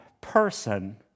person